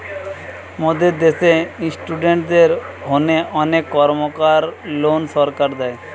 মোদের দ্যাশে ইস্টুডেন্টদের হোনে অনেক কর্মকার লোন সরকার দেয়